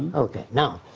ok. now,